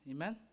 Amen